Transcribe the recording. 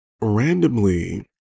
randomly